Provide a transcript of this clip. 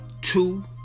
two